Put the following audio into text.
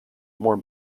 more